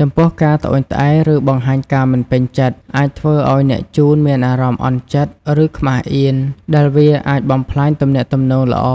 ចំពោះការត្អូញត្អែរ ឬបង្ហាញការមិនពេញចិត្ត អាចធ្វើឲ្យអ្នកជូនមានអារម្មណ៍អន់ចិត្ត ឬខ្មាសអៀន ដែលវាអាចបំផ្លាញទំនាក់ទំនងល្អ